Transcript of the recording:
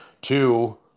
Two